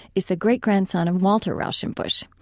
is the great-grandson of walter rauschenbusch.